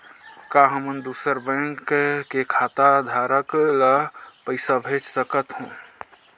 का हमन दूसर बैंक के खाताधरक ल पइसा भेज सकथ हों?